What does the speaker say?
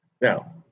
now